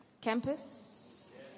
Campus